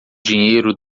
dinheiro